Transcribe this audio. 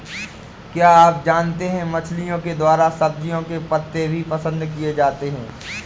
क्या आप जानते है मछलिओं के द्वारा सब्जियों के पत्ते भी पसंद किए जाते है